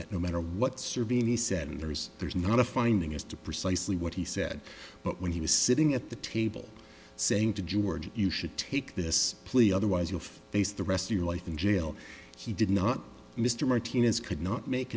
that no matter what serbian he said and there's there's not a finding as to precisely what he said but when he was sitting at the table saying to george you should take this plea otherwise you'll face the rest of your life in jail he did not mr martinez could not make